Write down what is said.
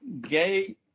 gay